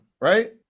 right